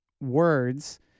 words